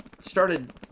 started